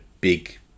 big